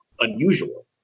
unusual